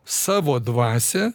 savo dvasią